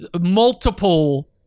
multiple